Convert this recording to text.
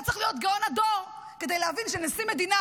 לא צריך להיות גאון הדור כדי להבין שנשיא מדינה